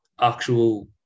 actual